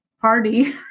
party